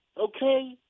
okay